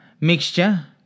mixture